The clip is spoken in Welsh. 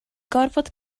gorfod